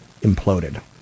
imploded